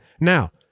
now